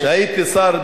כשהייתי שר,